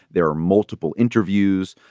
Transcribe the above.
there are multiple interviews.